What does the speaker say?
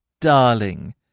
Darling